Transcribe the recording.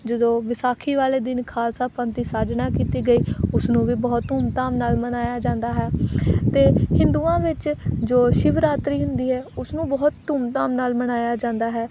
ਜਦੋਂ ਵਿਸਾਖੀ ਵਾਲੇ ਦਿਨ ਖਾਲਸਾ ਪੰਥ ਦੀ ਸਾਜਨਾ ਕੀਤੀ ਗਈ ਉਸ ਨੂੰ ਵੀ ਬਹੁਤ ਧੂਮ ਧਾਮ ਨਾਲ ਮਨਾਇਆ ਜਾਂਦਾ ਹੈ ਅਤੇ ਹਿੰਦੂਆਂ ਵਿੱਚ ਜੋ ਸ਼ਿਵਰਾਤਰੀ ਹੁੰਦੀ ਹੈ ਉਸ ਨੂੰ ਬਹੁਤ ਧੂਮ ਧਾਮ ਨਾਲ ਮਨਾਇਆ ਜਾਂਦਾ ਹੈ